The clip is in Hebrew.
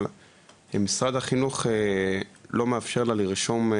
אבל משרד החינוך לא מאפשר לה לרשום,